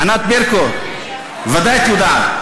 ענת ברקו, ודאי את יודעת.